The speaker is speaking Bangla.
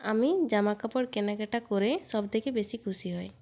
আমি জামাকাপড় কেনাকাটা করে সবথেকে বেশি খুশি হই